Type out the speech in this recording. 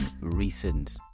recent